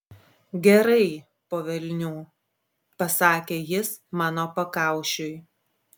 gerai po velnių pasakė jis mano pakaušiui